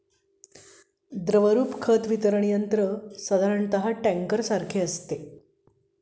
द्रवरूप खत वितरण यंत्र साधारणतः टँकरसारखे असते